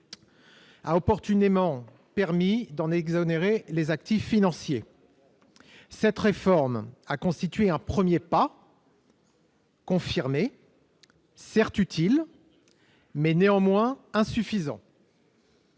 a opportunément permis d'exonérer les actifs financiers. Cette réforme a constitué un premier pas, certes utile, mais insuffisant.